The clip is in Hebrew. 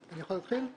אפשר להתחיל?